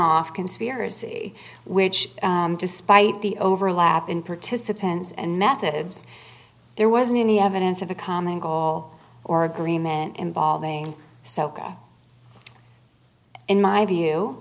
off conspiracy which despite the overlap in partizan pens and methods there wasn't any evidence of a common goal or agreement involving soca in my view